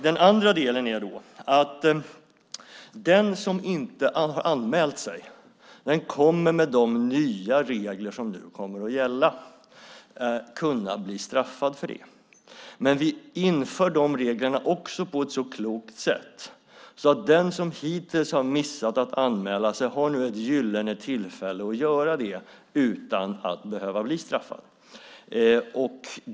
Den andra delen är att den som inte har anmält sig kommer med de nya regler som nu kommer att gälla att kunna bli straffad för det. Men vi inför dessa regler på ett så klokt sätt att den som hittills har missat att anmäla sig nu har ett gyllene tillfälle att göra det utan att behöva bli straffad.